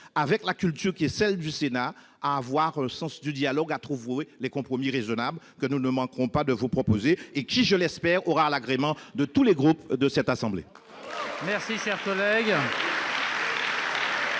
avec la culture qui est celle du Sénat, à avoir le sens du dialogue, à trouver les compromis raisonnables que nous ne manquerons pas de vous proposer et qui, je l'espère, auront l'agrément de tous les groupes de cette assemblée.